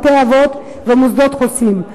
בתי-אבות ומוסדות חוסים.